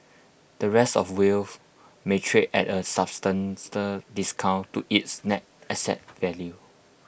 the rest of wharf may trade at A discount to its net asset value